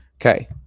Okay